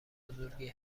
بزرگی